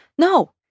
No